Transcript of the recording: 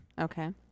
Okay